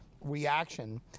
reaction